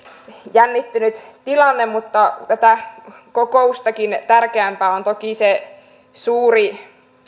jännittynyt tilanne mutta tätä kokoustakin tärkeämpää on toki se suuri